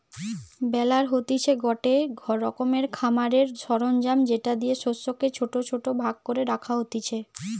বেলার হতিছে গটে রকমের খামারের সরঞ্জাম যেটা দিয়ে শস্যকে ছোট ছোট ভাগ করে রাখা হতিছে